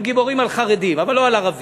הם גיבורים על חרדים אבל לא על ערבים,